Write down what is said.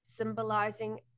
symbolizing